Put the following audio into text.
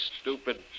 stupid